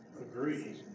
agree